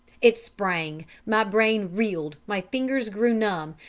it sprang my brain reeled my fingers grew numb,